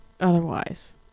otherwise